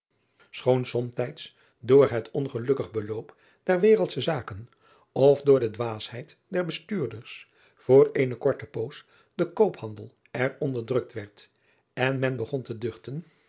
choon somtijds door het ongelukkig beloop der wereldsche zaken of door de dwaasheid der bestuurders voor eene korte poos de koophandel er onderdrukt werd en men begon te duchten